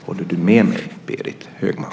Håller du med mig, Berit Högman?